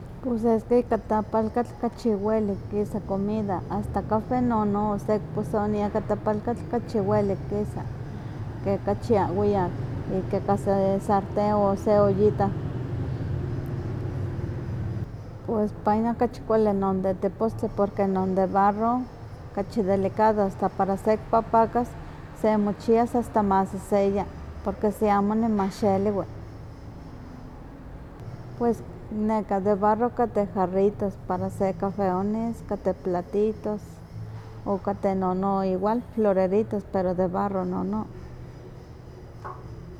Pus es ke ka tepalkatl kachi welik kisa comida asta kahwen no no, sekiposonia ka tepalkatl kachi welik kisa, ke kachi ahwiak, ika ka sartén o se ollita pues pa inon kachi kuali de tepostli porque non de barro kachi delicado asta para se kipapakas semochias asta ma seseya, porque si amo niman xeliwi, pues neka de barro kateh jarritos para se cafeonis, kate platitos, o kate nono igual floreritos pero de barro nono.